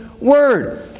word